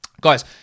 Guys